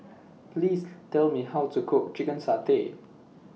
Please Tell Me How to Cook Chicken Satay